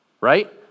right